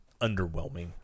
underwhelming